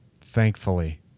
thankfully